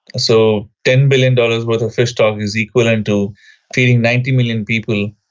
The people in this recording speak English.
so ten billion dollars worth of fish stock is equal and to feeding ninety million people.